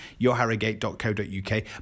yourharrogate.co.uk